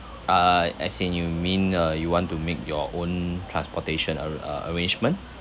uh as in you mean uh you want to make your own transportation arr~ uh arrangement